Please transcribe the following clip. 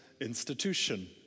institution